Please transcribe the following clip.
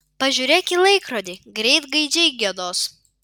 pažiūrėk į laikrodį greit gaidžiai giedos